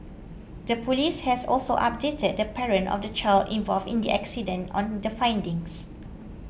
the police has also updated the parent of the child involved in the accident on the findings